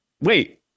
Wait